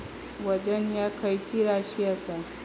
वजन ह्या खैची राशी असा?